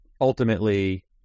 ultimately